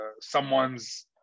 someone's